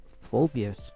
Phobias